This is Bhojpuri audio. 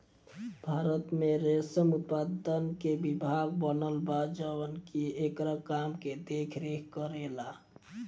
भारत में रेशम उत्पादन के विभाग बनल बा जवन की एकरा काम के देख रेख करेला